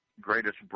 greatest